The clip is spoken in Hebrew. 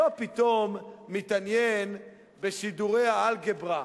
לא מתעניין פתאום בשידורי האלגברה